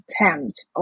attempt